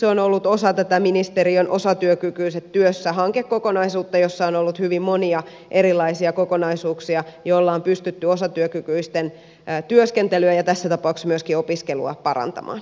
se on ollut osa tätä ministeriön osatyökykyiset työssä hankekokonaisuutta jossa on ollut hyvin monia erilaisia kokonaisuuksia joilla on pystytty osatyökykyisten työskentelyä ja tässä tapauksessa myöskin opiskelua parantamaan